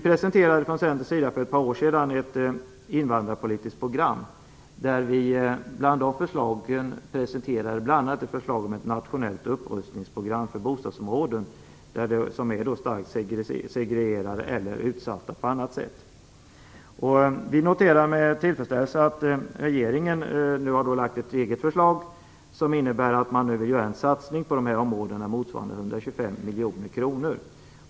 För ett par år sedan presenterade vi från Centern ett invandrarpolitiskt program, där det bl.a. presenteras ett förslag om ett nationellt upprustningsprogram för bostadsområden som är start segregerade eller utsatta på annat sätt. Vi noterar med tillfredsställelse att regeringen nu har lagt fram ett eget förslag som innebär att man vill göra en satsning på dessa områden motsvarande 125 miljoner kronor.